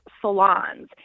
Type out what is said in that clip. salons